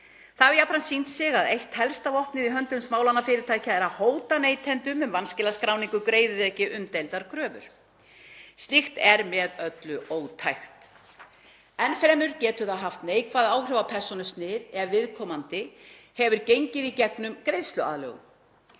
Það hefur jafnframt sýnt sig að eitt helsta vopnið í höndum smálánafyrirtækja er að hóta neytendum um vanskilaskráningu greiði þeir ekki umdeildar kröfur. Slíkt er með öllu ótækt. Enn fremur getur það haft neikvæð áhrif á persónusnið ef viðkomandi hefur gengið í gegnum greiðsluaðlögun.